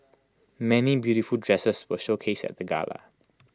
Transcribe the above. many beautiful dresses were showcased at the gala